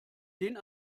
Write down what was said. den